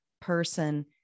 person